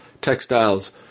textiles